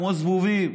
כמו זבובים,